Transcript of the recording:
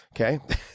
Okay